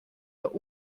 der